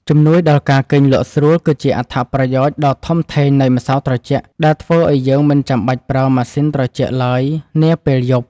ជំនួយដល់ការគេងលក់ស្រួលគឺជាអត្ថប្រយោជន៍ដ៏ធំធេងនៃម្សៅត្រជាក់ដែលធ្វើឱ្យយើងមិនចាំបាច់ប្រើម៉ាស៊ីនត្រជាក់ឡើយនាពេលយប់។